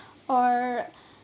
or